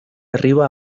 arriba